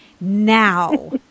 Now